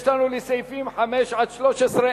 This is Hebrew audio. יש לנו סעיפים 5 עד 13,